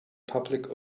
public